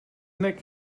neck